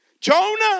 Jonah